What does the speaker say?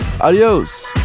adios